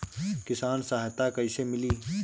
किसान सहायता कईसे मिली?